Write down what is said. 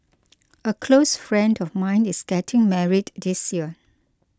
a close friend of mine is getting married this year